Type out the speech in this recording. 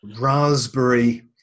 raspberry